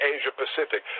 Asia-Pacific